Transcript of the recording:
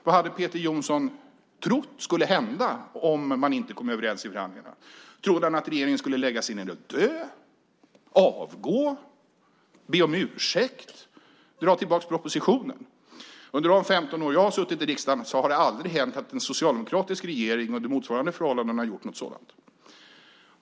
Vad hade Peter Jonsson trott skulle hända om man inte kom överens i förhandlingarna? Trodde han att regeringen skulle lägga sig ned och dö, avgå, be om ursäkt eller dra tillbaka propositionen? Under de 15 år jag har suttit i riksdagen har det aldrig hänt att en socialdemokratisk regering under motsvarande förhållanden har gjort något sådant.